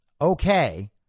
okay